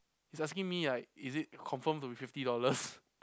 he's asking me like is it confirmed to be fifty dollars